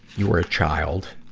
you were a child,